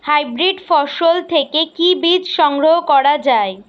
Hybrid ফসল থেকে কি বীজ সংগ্রহ করা য়ায়?